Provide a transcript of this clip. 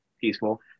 peaceful